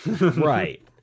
right